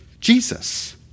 Jesus